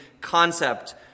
concept